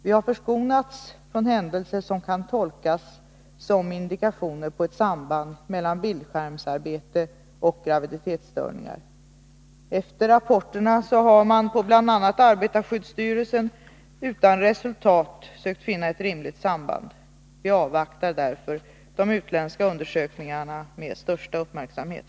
Vi har förskonats från händelser som kan tolkas som indikationer på ett samband mellan bildskärmsarbete och graviditetsstörningar. Efter rapporterna har man på bl.a. arbetarskyddsstyrelsen utan resultat sökt finna ett rimligt samband. Vi avvaktar därför de utländska undersökningarna med största uppmärksamhet.